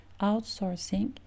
outsourcing